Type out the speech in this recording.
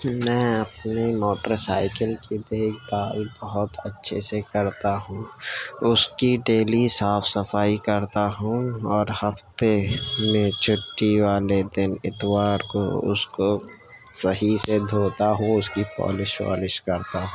میں اپنی motorcycle کی دیکھ بھال بہت اچھے سے کرتا ہوں اس کی ڈیلی صاف صفائی کرتا ہوں اور ہفتے میں چھٹی والے دن اتوار کو اس کو صحیح سے دھوتا ہوں اس کی پالش والش کرتا ہوں